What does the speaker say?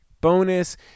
bonus